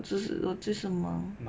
我就我就是忙